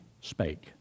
spake